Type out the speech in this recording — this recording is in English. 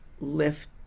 lift